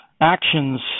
actions